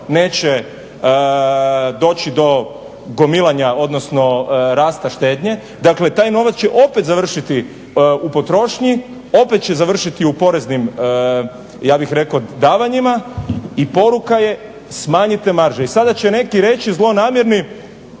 neće doći do gomilanja, odnosno rasta štednje. Dakle, taj novac će opet završiti u potrošnji, opet će završiti u poreznim ja bih rekao davanjima i poruka je smanjite marže. I sada će neki reći zlonamjerni